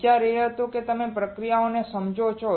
વિચાર એ હતો કે તમે પ્રક્રિયાઓને સમજો છો